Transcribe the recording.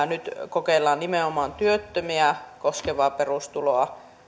nyt kokeillaan nimenomaan työttömiä koskevaa perustuloa